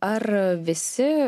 ar visi